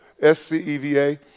S-C-E-V-A